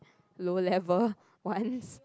low level once